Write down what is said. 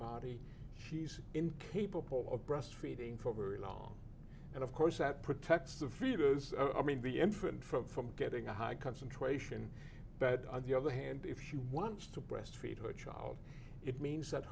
body she's incapable of breastfeeding for very long and of course that protects the feeders i mean the infant from from getting a high concentration but on the other hand if she wants to breast feed her child it means